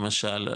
למשל,